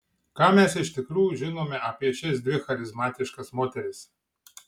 ką mes iš tikrųjų žinome apie šias dvi charizmatiškas moteris